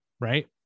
right